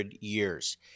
years